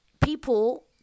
People